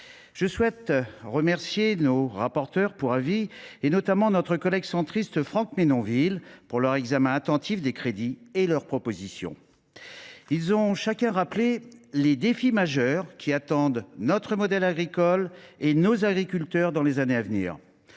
Je souhaite également remercier nos rapporteurs pour avis, notamment notre collègue centriste Franck Menonville, pour leur examen attentif des crédits et leurs propositions. Ils ont chacun rappelé les défis majeurs qui attendent notre modèle agricole et nos agriculteurs dans les années à venir.